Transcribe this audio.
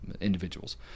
individuals